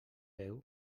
veu